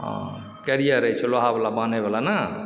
career अछि लोहावला बान्हएवला ने